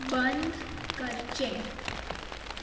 बंद करचें